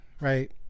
Right